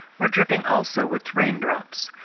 were dripping also with raindrops.